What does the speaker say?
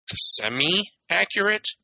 semi-accurate